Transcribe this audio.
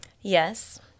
Yes